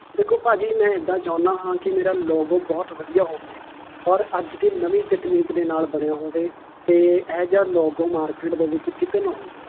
ਦੇਖੋ ਭਾਅ ਜੀ ਮੈਂ ਇੱਦਾਂ ਚਾਹੁੰਦਾ ਹਾਂ ਕਿ ਮੇਰਾ ਲੋਗੋ ਬਹੁਤ ਵਧੀਆ ਹੋਵੇ ਔਰ ਅੱਜ ਦੀ ਨਵੀਂ ਟਕਨੀਕ ਦੇ ਨਾਲ ਬਣਿਆ ਹੋਵੇ ਅਤੇ ਇਹੋ ਜਿਹਾ ਲੋਗੋ ਮਾਰਕੀਟ ਦੇ ਵਿੱਚ ਕਿਤੇ ਨਾ ਹੋਵੇ